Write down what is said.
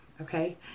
Okay